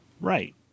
Right